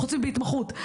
חוץ מהתמחות.